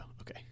Okay